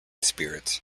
spirits